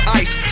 ice